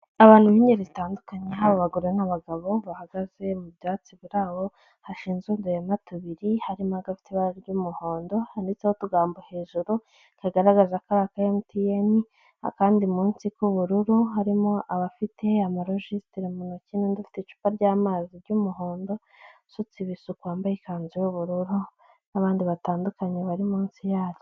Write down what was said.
Abantu b'ingeri zitandukanye, haba abagore n'abagabo bahagaze mu byatsi biri aho, hashinze uduhema tubiri, harimo agafite ibara ry'umuhondo, handitseho utugambo hejuru, kagaragaza ko ari aka MTN, akandi munsi k'ubururu, harimo abafite amarojisitire mu ntoki n'undi ufite icupa ry'amazi ry'umuhondo, usutse ibisuko, wambaye ikanzu y'ubururu n'abandi batandukanye bari munsi yaryo.